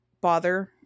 bother